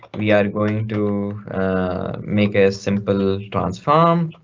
we are going to make a simple ah transform,